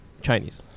Chinese